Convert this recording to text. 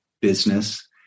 business